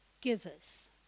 givers